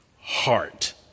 heart